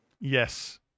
Yes